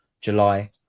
July